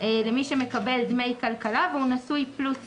למי שמקבל דמי כלכלה והוא נשוי פלוס ילד.